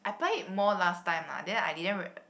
I apply it more last time lah then I didn't r~